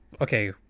okay